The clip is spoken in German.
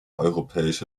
europäische